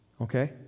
Okay